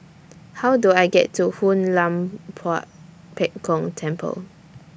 How Do I get to Hoon Lam Tua Pek Kong Temple